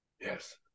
Yes